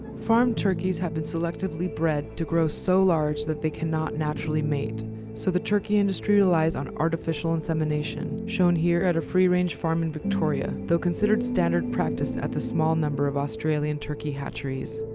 farmed turkeys have been selectively bred to grow so large that they cannot naturally mate, so the turkey industry relies on artificial insemination, shown here at a free range farm in victoria though considered standard practice at the small number of australian turkey hatcheries.